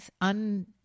un